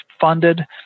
funded